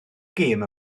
gêm